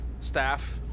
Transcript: staff